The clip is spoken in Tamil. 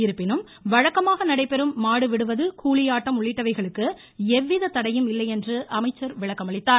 இருப்பினும் வழக்கமாக நடைபெறும் மாடு விடுவது ஹூலி ஆட்டம் உள்ளிட்டவைகளுக்கு எவ்வித தடையும் இல்லை என்று அமைச்சர் விளக்கமளித்தார்